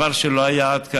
דבר שלא היה עד עתה.